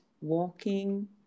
walking